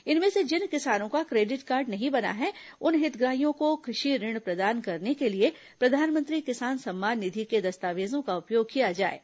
इनमें से जिन किसानों का क्रेडिट कार्ड नहीं बना है उन हितग्राहियों को कृषि ऋण प्रदान करने के लिए प्रधानमंत्री किसान सम्मान निधि के दस्तावेजों का उपयोग किया जाएगा